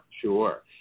sure